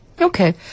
Okay